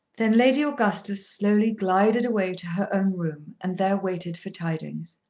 then lady augustus slowly glided away to her own room and there waited for tidings.